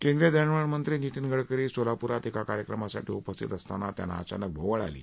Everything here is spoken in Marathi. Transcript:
केंद्रीय दळणवळण मंत्री नितीन गडकरी सोलापुरात एका कार्यक्रमासाठी उपस्थित असताना त्यांना अचानक भोवळ आली